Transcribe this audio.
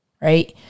right